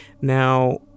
now